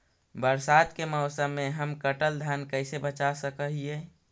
बरसात के मौसम में हम कटल धान कैसे बचा सक हिय?